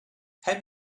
have